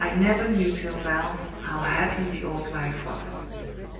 i never knew till now how happy the old life was!